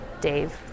Dave